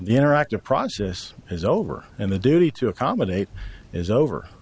the interactive process is over and the duty to accommodate is over